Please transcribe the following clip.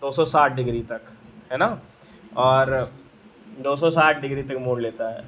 दो सौ साठ डिग्री तक है ना और दो सौ साठ डिग्री तक मोड़ लेता है